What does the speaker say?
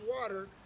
water